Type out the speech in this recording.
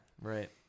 right